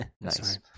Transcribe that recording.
nice